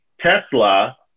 Tesla